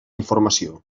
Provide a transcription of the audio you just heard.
informació